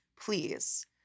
please